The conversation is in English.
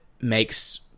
makes